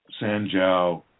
Sanjiao